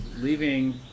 leaving